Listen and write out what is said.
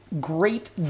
great